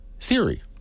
theory